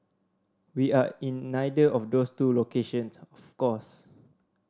we are in neither of those two locations of course